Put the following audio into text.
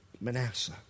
Manasseh